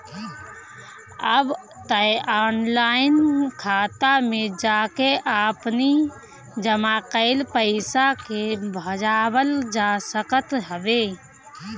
अब तअ ऑनलाइन खाता में जाके आपनी जमा कईल पईसा के भजावल जा सकत हवे